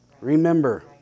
Remember